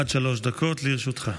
עד שלוש דקות לרשותך.